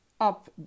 up